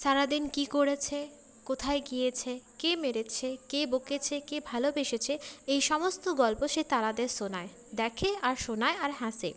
সারাদিন কী করেছে কোথায় গিয়েছে কে মেরেছে কে বকেছে কে ভালোবেসেছে এই সমস্ত গল্প সে তারাদের শোনায় দেখে আর শোনায় আর হাসে